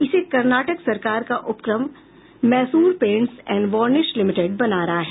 इसे कर्नाटक सरकार का उपक्रम Mysore paints and varnish limited बना रहा है